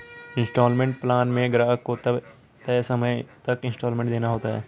instalment plan में ग्राहक को तय समय तक इन्सटॉलमेंट देना होता है